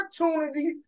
opportunity